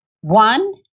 One